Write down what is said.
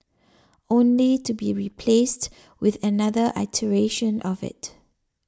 only to be replaced with another iteration of it